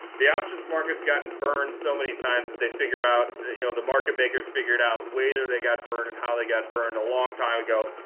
the options market's gotten burned so many times that they figure out you know the market makers figured out where they got burned and how they got burned a long time ago.